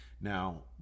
Now